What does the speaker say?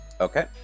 Okay